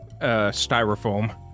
Styrofoam